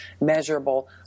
measurable